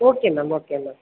okay ma'am okay ma'am